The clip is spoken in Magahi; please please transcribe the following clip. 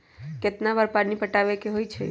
कितना बार पानी पटावे के होई छाई?